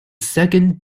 second